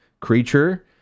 creature